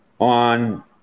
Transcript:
on